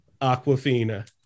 Aquafina